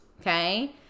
okay